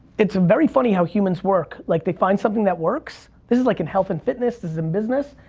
it's very funny how humans work. like they find something that works, this is like in health and fitness, this is in business,